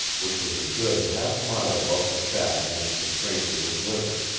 which was a good half mile above the shack in which the stranger was living.